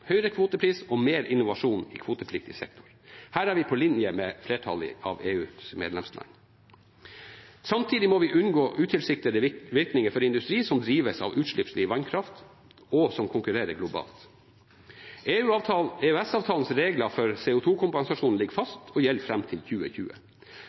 høyere kvotepris og mer innovasjon i kvotepliktig sektor. Her er vi på linje med flertallet av EUs medlemsland. Samtidig må vi unngå utilsiktede virkninger for industri som drives av utslippsfri vannkraft, og som konkurrerer globalt. EØS-avtalens regler for CO2-kompensasjon ligger